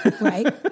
right